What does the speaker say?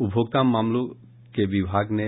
उपभोक्ता मामलों के विभाग ने